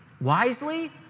Wisely